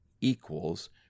equals